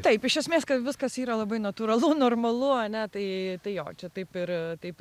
taip iš esmės kad viskas yra labai natūralu normalu ane tai jo čia taip ir taip